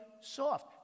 soft